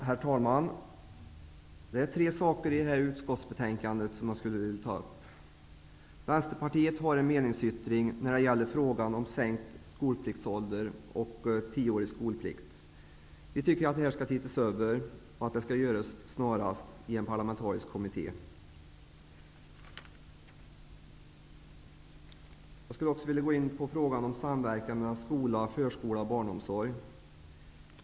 Herr talman! Det är tre saker i det här utskottsbetänkandet som jag skulle vilja ta upp. Vänsterpartiet har en meningsyttring som gäller frågan om sänkt skolpliktsålder och tioårig skolplikt. Vi tycker att detta skall ses över snarast av en parlamentarisk kommitté. Jag skulle också vilja gå in på frågan om samverkan mellan skola, förskola och barnomsorg.